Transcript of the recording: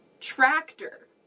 Tractor